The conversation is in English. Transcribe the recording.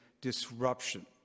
disruption